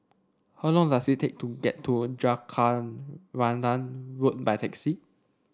how long does it take to get to Jacaranda Road by taxi